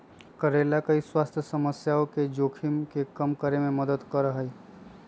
करेला कई स्वास्थ्य समस्याओं के जोखिम के कम करे में मदद कर सका हई